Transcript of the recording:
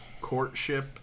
Courtship